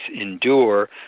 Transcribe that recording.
endure